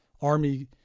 army